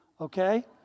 Okay